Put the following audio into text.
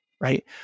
right